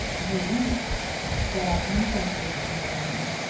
the wheat that our ancestors consumed